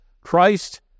Christ